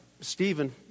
Stephen